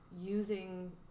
using